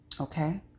Okay